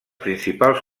principals